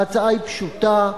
ההצעה היא פשוטה: